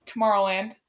Tomorrowland